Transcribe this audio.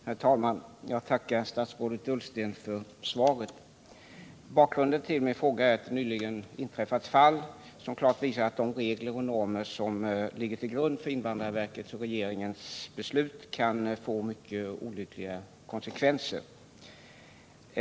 Herr talman! Jag tackar statsrådet Ullsten för svaret. Bakgrunden till min fråga är ett nyligen inträffat fall, som klart visar att de regler som ligger till grund för invandrarverkets och regeringens beslut kan få mycket olyckliga konsekvenser.